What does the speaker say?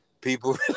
People